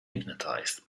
hypnotized